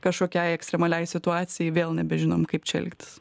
kažkokiai ekstremaliai situacijai vėl nebežinom kaip čia elgtis